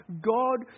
God